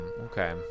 Okay